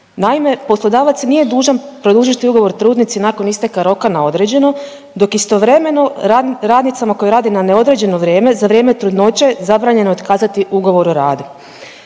Naime, poslodavac nije dužan produžiti ugovor trudnici nakon isteka roka na određeno, dok istovremeno radnicama koje rade na neodređeno vrijeme, za vrijeme trudnoće, zabranjeno je otkazati ugovor o radu.